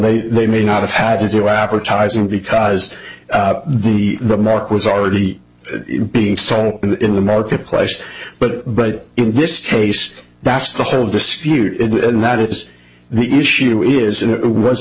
they they may not have had to do advertising because the remark was already being sought in the marketplace but but in this case that's the whole dispute and that is the issue isn't it was